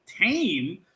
tame